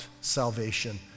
salvation